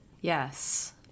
Yes